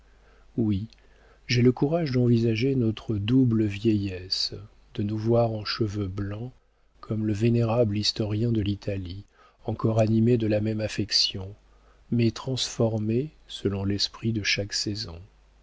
oui j'ai le courage d'envisager notre double vieillesse de nous voir en cheveux blancs comme le vénérable historien de l'italie encore animés de la même affection mais transformés selon l'esprit de chaque saison